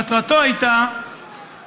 מטרתו הייתה